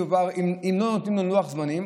אם לא נותנים לי לוח זמנים,